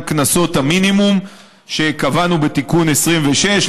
קנסות המינימום שקבענו בתיקון 26,